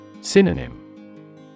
Synonym